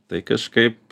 tai kažkaip